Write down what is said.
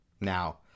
Now